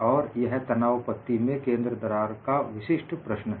और यह तनाव पत्ती में केंद्र दरार का विशिष्ट प्रश्न है